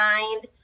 mind